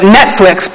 Netflix